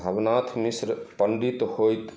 भवनाथ मिश्र पण्डित होयत